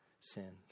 sins